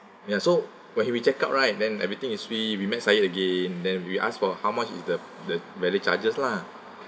ya so when he we check out right then everything is we we met sayid again then we ask for how much is the the valet charges lah